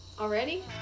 Already